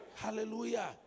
Hallelujah